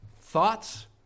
Thoughts